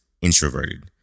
introverted